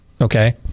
Okay